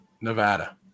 Nevada